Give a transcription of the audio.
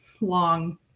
long